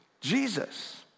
Jesus